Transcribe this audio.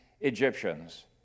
Egyptians